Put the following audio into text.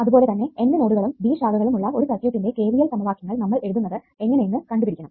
അതുപോലെ തന്നെ N നോഡുകളും B ശാഖകളും ഉള്ള ഒരു സർക്യൂട്ടിന്റെ KVL സമവാക്യങ്ങൾ നമ്മൾ എഴുതുന്നത് എങ്ങനെ എന്ന് കണ്ടുപിടിക്കണം